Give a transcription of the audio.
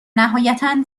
نهایتا